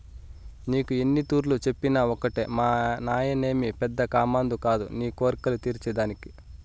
నీకు ఎన్నితూర్లు చెప్పినా ఒకటే మానాయనేమి పెద్ద కామందు కాదు నీ కోర్కెలు తీర్చే దానికి